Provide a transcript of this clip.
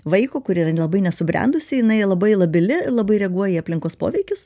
vaiko kuri yra nelabai nesubrendusi jinai labai labili labai reaguoja į aplinkos poveikius